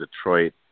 Detroit